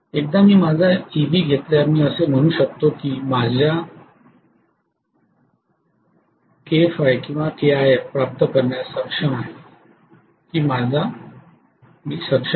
एकदा मी माझा Eb घेतल्यावर मी असे म्हणू शकतो की मी माझ्या kΦ किंवा kIf प्राप्त करण्यास सक्षम आहे